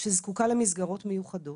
שזקוקה למסגרות מיוחדות.